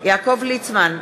יעקב ליצמן,